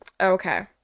Okay